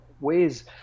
ways